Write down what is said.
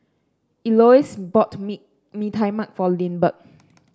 Elouise bought mee Mee Tai Mak for Lindbergh